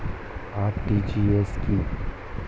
RTGS কি?